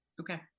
Okay